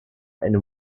and